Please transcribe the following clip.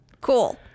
Cool